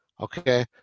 Okay